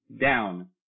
down